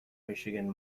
michigan